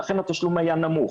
ולכן התשלום היה נמוך.